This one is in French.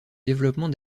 développement